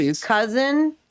cousin